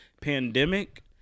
pandemic